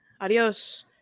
Adios